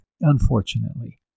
unfortunately